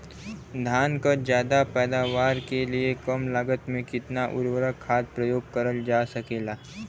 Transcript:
धान क ज्यादा पैदावार के लिए कम लागत में कितना उर्वरक खाद प्रयोग करल जा सकेला?